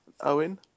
Owen